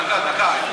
דקה, דקה.